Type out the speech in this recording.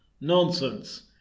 Nonsense